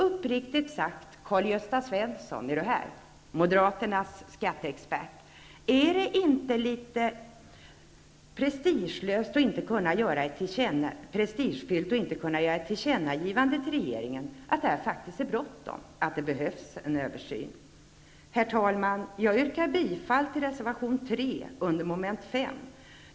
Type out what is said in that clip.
Uppriktigt sagt, Karl-Gösta Svenson, moderaternas skatteexpert, är det inte litet prestigefyllt att inte kunna göra ett tillkännagivande till regeringen att det faktiskt är bråttom och att det behövs en översyn? Herr talman! Jag yrkar bifall till reservation 3 under mom. 5.